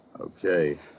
Okay